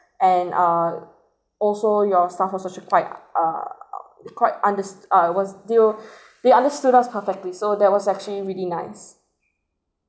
and uh also your staff was also quite uh quite underst~ uh was they'll they understood us perfectly so that was actually really nice